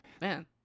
Man